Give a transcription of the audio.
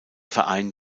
verein